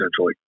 essentially